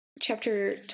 chapter